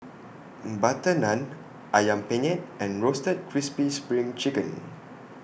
Butter Naan Ayam Penyet and Roasted Crispy SPRING Chicken